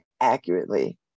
accurately